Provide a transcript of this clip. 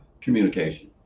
Communication